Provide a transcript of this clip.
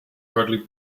hardly